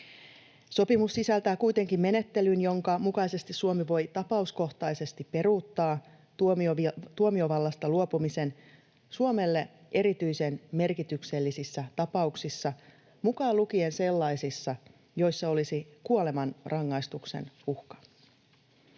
Sopimus sisältää kuitenkin menettelyn, jonka mukaisesti Suomi voi tapauskohtaisesti peruuttaa tuomiovallasta luopumisen Suomelle erityisen merkityksellisissä tapauksissa, mukaan lukien sellaisissa, joissa olisi kuolemanrangaistuksen uhka.